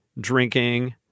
drinking